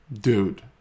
Dude